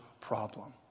problem